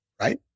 right